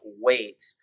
wait